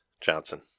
Johnson